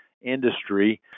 industry